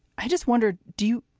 i just wondered, do you.